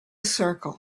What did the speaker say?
circle